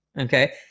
okay